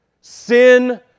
sin